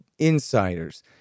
insiders